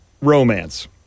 Romance